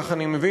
כך אני מבין,